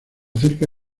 cerca